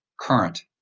current